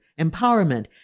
empowerment